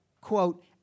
quote